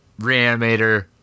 Reanimator